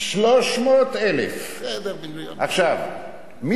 300,000. עכשיו,